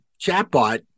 chatbot